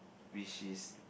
which is